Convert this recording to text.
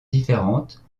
différentes